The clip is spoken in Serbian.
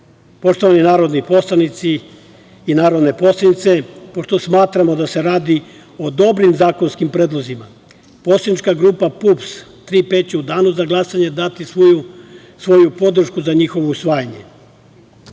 svojini. Poštovani narodni poslanici i narodne poslanice, pošto smatramo da se radi o dobrim zakonskim predlozima, Poslanička grupa PUPS „Tri P“ će u danu za glasanje dati svoju podršku za njihovo usvajanje.